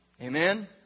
Amen